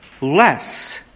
less